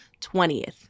20th